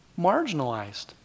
marginalized